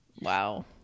Wow